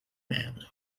men